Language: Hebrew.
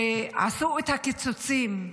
כשעשו את הקיצוצים,